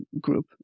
group